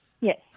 Yes